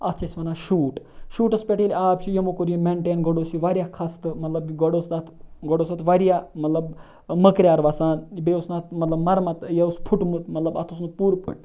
اَتھ چھِ أسۍ وَنان شوٗٹ شوٗٹَس پٮ۪ٹھ ییٚلہِ آب چھِ یہِ موٚکُر یہِ مٮ۪نٹین گۄڈٕ اوس یہِ واریاہ خستہٕ مطلب گۄڈٕ اوس تَتھ گۄڈٕ اوس اَتھ واریاہ مطلب مٔکریٛار وَسان بیٚیہِ او س نہٕ اَتھ مطلب مَرٕمَت یہِ اوس پھُٹمُت مطلب اَتھ اوس نہٕ پوٗرٕ پٲٹھۍ